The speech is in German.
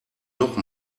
noch